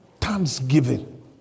thanksgiving